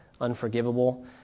unforgivable